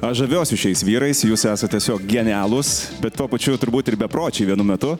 aš žaviuosi šiais vyrais jūs esat tiesiog genialūs bet tuo pačiu turbūt ir bepročiai vienu metu